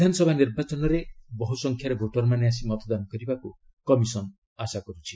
ବିଧାନସଭା ନିର୍ବାଚନରେ ବହୁ ସଂଖ୍ୟାରେ ଭୋଟରମାନେ ଆସି ମତଦାନ କରିବାକୁ କମିଶନ୍ ଆଶା କରୁଛି